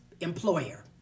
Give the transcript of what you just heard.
employer